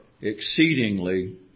exceedingly